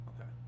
Okay